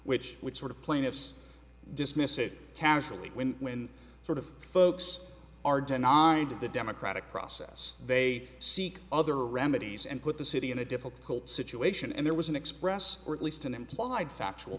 which would sort of plaintiffs dismiss it casually when when sort of folks are denying to the democratic process they seek other remedies and put the city in a difficult situation and there was an express or at least an implied factual